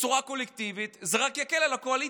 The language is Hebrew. בצורה קולקטיבית, זה רק יקל על הקואליציה.